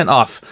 off